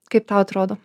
kaip tau atrodo